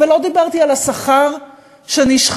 ולא דיברתי על השכר שנשחק,